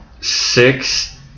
six